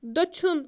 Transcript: دٔچھُن